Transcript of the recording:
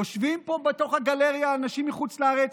יושבים פה בתוך הגלריה אנשים מחוץ לארץ,